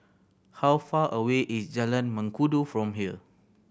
how far away is Jalan Mengkudu from here